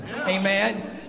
Amen